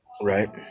right